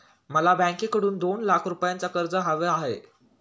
मला बँकेकडून दोन लाख रुपयांचं कर्ज हवं आहे